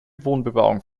wohnbebauung